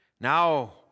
Now